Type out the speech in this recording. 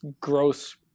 gross